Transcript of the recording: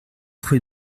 rue